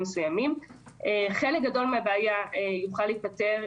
חלק גדול מהבעיה יוכל להיפתר,